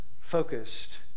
focused